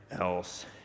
else